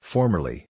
Formerly